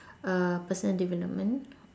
uh person development